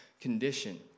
condition